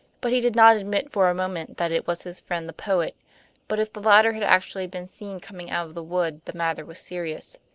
but he did not admit for a moment that it was his friend the poet but if the latter had actually been seen coming out of the wood the matter was serious.